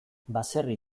baserri